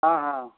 ಹಾಂ ಹಾಂ